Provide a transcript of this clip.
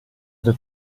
del